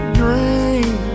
dream